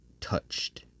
touched